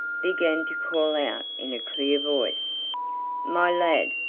began to call out in a clear voice my lad,